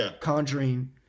conjuring